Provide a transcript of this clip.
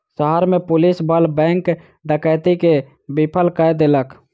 शहर में पुलिस बल बैंक डकैती के विफल कय देलक